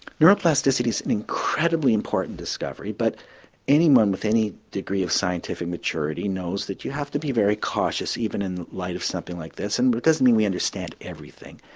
neuroplasticity is an incredibly important discovery but anyone with any degree of scientific maturity knows that you have to be very cautious even in the light of something like this and but it doesn't mean we understand everything.